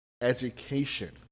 Education